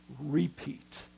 repeat